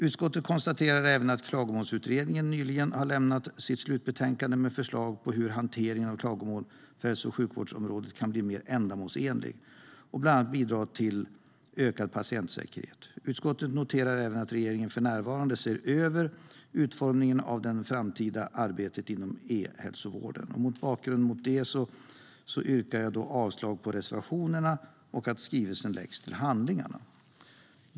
Utskottet konstaterar även att Klagomålsutredningen nyligen har lämnat sitt slutbetänkande med förslag på hur hanteringen av klagomål på hälso och sjukvårdsområdet kan bli mer ändamålsenlig och bland annat bidra till ökad patientsäkerhet. Utskottet noterar även att regeringen för närvarande ser över utformningen av det framtida arbetet inom e-hälsovården. Mot bakgrund av det yrkar jag avslag på reservationerna och att skrivelsen läggs till handlingarna.